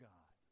God